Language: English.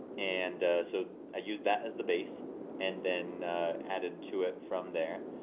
and so i used that as the base and then added to it from there,